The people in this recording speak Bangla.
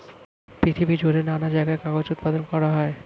পৃথিবী জুড়ে নানা জায়গায় কাগজ উৎপাদন করা হয়